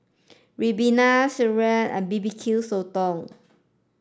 Ribena Sireh and B B Q Sotong